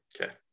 Okay